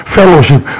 fellowship